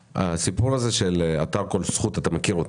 הסיפור הזה של אתר כל זכות, אתה מכיר אותו.